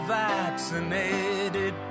vaccinated